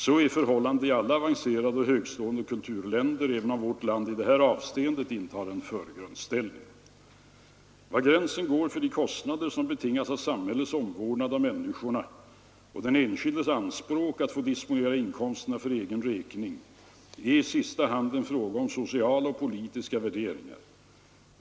Så är förhållandet i alla avancerade och högtstående kulturländer, även om vårt land i det här avseendet intar en förgrundsställning. Var gränsen går för de kostnader, som betingas av samhällets omvårdnad av människorna och den enskildes anspråk att få disponera inkomsterna för egen räkning, är i sista hand en fråga om sociala och politiska värderingar.